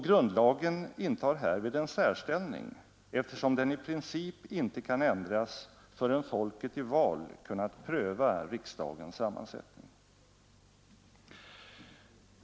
Grundlagen intar härvid en särställning eftersom den i princip inte kan ändras förrän folket i val kunnat pröva riksdagens sammansättning.